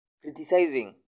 criticizing